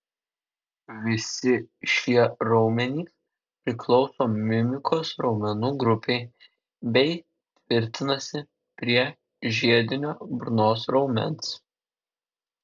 visi šie raumenys priklauso mimikos raumenų grupei bei tvirtinasi prie žiedinio burnos raumens